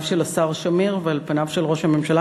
של השר שמיר ועל פניו של ראש הממשלה,